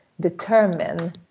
determine